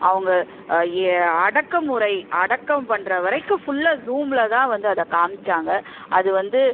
அவங்க எ அடக்க முறை அடக்கம் பண்ணுற வரைக்கும் ஃபுல்லாக ஸூம்ல தான் வந்து அத காமிச்சாங்கள் அது வந்து